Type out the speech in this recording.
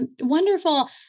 Wonderful